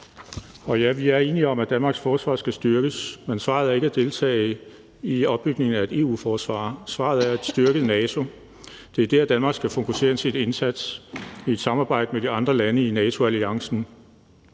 Og ja, vi er enige om, at Danmarks forsvar skal styrkes, men svaret er ikke at deltage i opbygningen af et EU-forsvar, svaret er at styrke NATO, det er der, Danmark skal fokusere sin indsats i et samarbejde med de andre lande i NATO-alliancen,